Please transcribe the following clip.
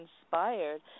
inspired